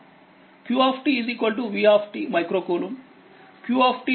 q v micro coulomb